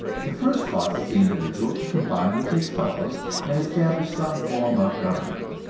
the first causes the individual to combine with his fellows and establish some form of government,